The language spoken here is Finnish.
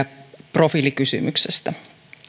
profiilikysymyksestä